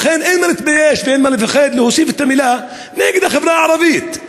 לכן אין מה להתבייש ואין מה לפחד להוסיף את המילים "נגד החברה הערבית".